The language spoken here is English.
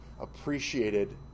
appreciated